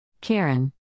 Karen